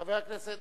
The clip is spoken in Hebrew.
חבר הכנסת